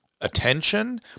attention